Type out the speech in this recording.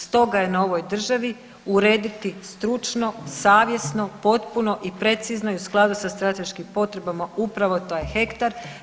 Stoga je na ovoj državi urediti stručno, savjesno, potpuno i precizno u skladu sa strateškim potrebama upravo to je hektar.